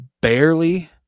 barely